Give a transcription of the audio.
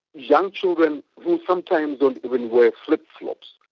young children who sometimes don't even wear flip-flops.